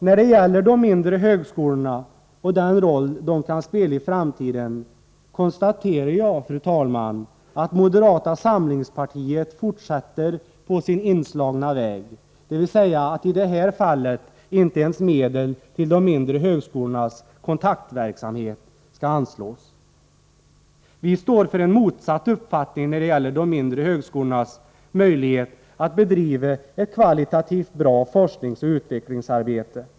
När det gäller de mindre högskolorna och den roll de kan spela i framtiden konstaterar jag, fru talman, att moderata samlingspartiet fortsätter på sin inslagna väg, dvs. i det här fallet att inte ens medel till de mindre högskolornas kontaktverksamhet skall anslås. Vi står för en motsatt uppfattning beträffande de mindre högskolornas möjlighet att bedriva ett kvalitativt bra forskningsoch utvecklingsarbete.